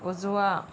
उजवा